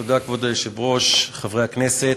כבוד היושב-ראש, תודה, חברי הכנסת,